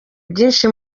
byinshi